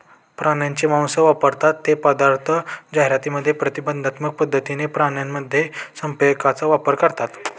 प्राण्यांचे मांस वापरतात ते पदार्थ जाहिरातींमध्ये प्रतिकात्मक पद्धतीने प्राण्यांमध्ये संप्रेरकांचा वापर करतात